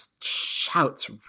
shouts